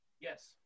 Yes